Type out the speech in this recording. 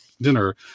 dinner